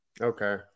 Okay